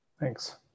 Thanks